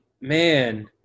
man